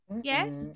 yes